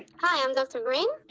hi i'm dr. green